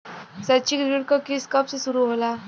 शैक्षिक ऋण क किस्त कब से शुरू होला?